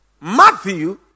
Matthew